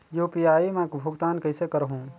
UPI मा भुगतान कइसे करहूं?